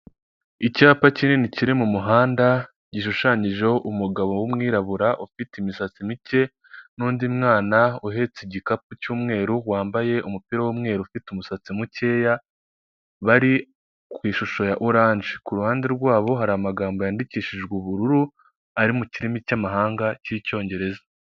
Icyapa kinini kiri mu muhanda gishushanyijeho umugabo w'umwirabura ufite imisatsi mike, nundi mwana uhetse igikapu cy'umweru wambaye umupira w'umweru, ufite umusatsi mukeya. Bari ku ishusho ya Oranje kuruhande rwabo, hari amagambo yandikishijwe ubururu ari mu kirimi cy’amahanga cy’icyongereza.